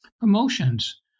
promotions